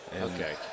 Okay